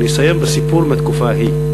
אני אסיים בסיפור מהתקופה ההיא,